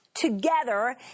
Together